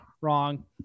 Wrong